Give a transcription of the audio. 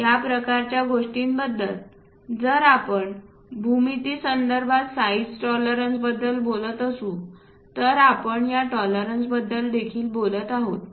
या प्रकारच्या गोष्टीबद्दल जर आपण भूमिती संदर्भात साईज टॉलरन्सबद्दल बोलत असू तर आपण या टॉलरन्सबद्दल देखील बोलत आहोत